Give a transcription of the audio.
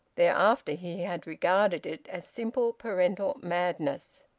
thereafter he had regarded it as simple parental madness.